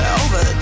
over